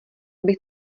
bych